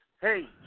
hey